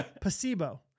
placebo